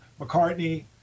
mccartney